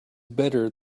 better